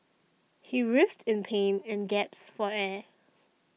he writhed in pain and gasped for air